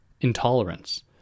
intolerance